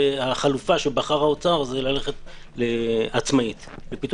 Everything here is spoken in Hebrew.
והחלופה שבחר האוצר זה ללכת לפיתוח עצמאי.